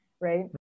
right